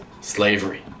slavery